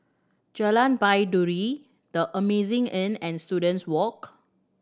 Jalan Baiduri The Amazing Inn and Students Walk